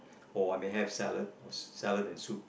or I may have salad or salad and soup